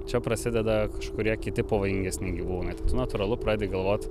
čia prasideda kažkurie kiti pavojingesni gyvūnai tai tu natūralu pradedi galvot